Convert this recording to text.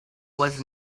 was